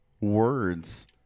words